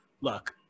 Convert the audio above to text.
look